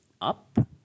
up